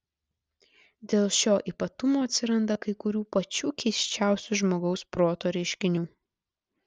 dėl šio ypatumo atsiranda kai kurių pačių keisčiausių žmogaus proto reiškinių